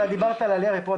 אתה דיברת על העלייה לפה,